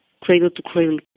cradle-to-cradle